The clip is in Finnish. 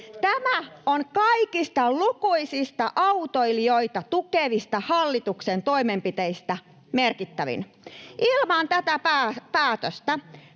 Tämä on kaikista, lukuisista autoilijoita tukevista hallituksen toimenpiteistä merkittävin. Ilman tätä päätöstä